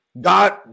God